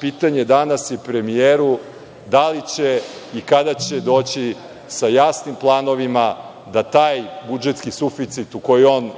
pitanje danas premijeru je – da li će i kada će doći sa jasnim planovima da taj budžetski suficit za